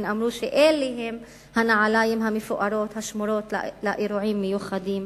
הן אמרו שאלה הן הנעליים המפוארות השמורות לאירועים מיוחדים.